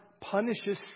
punishes